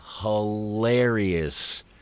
hilarious